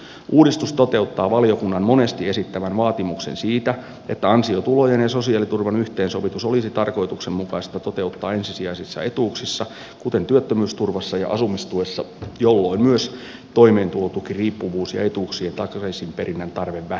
uudistus toteuttaa valiokunnan monesti esittämän vaatimuksen siitä että ansiotulojen ja sosiaaliturvan yhteensovitus olisi tarkoituksenmukaista toteuttaa ensisijaisissa etuuksissa kuten työttömyysturvassa ja asumistuessa jolloin myös toimeentulotukiriippuvuus ja etuuksien takaisinperinnän tarve vähenisivät